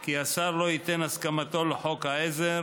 כי השר לא ייתן הסכמתו לחוק העזר